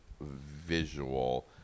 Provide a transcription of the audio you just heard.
visual